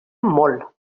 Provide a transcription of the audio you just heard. molt